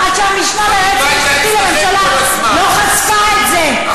פעלתם במחשכים עד שהמשנה ליועץ המשפטי לממשלה חשפה את זה,